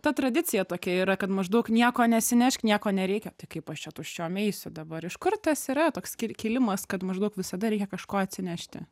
ta tradicija tokia yra kad maždaug nieko nesinešk nieko nereikia tai kaip aš čia tuščiom eisiu dabar iš kur tas yra toks ki kilimas kad maždaug visada reikia kažko atsinešti